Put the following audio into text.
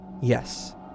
Yes